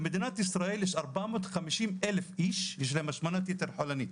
במדינת ישראל ישנם 450,000 איש שסובלים מהשמנת יתר חולנית,